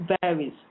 varies